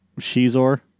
Shizor